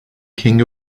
king